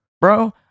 bro